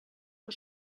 que